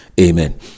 Amen